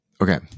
Okay